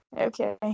okay